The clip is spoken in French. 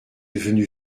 devenu